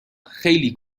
خیلی